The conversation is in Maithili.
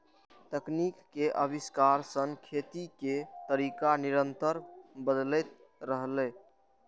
तकनीक के आविष्कार सं खेती के तरीका निरंतर बदलैत रहलैए